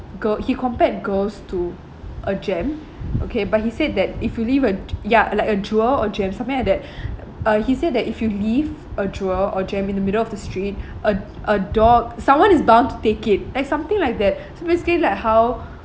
gir~ he compared girls to a gem okay but he said that if you leave a uh ya like a jewel or gem something like that uh he said that if you leave a jewel or gem in the middle of the street a a dog someone is bound to take it like something like that so basically like how